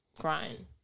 crying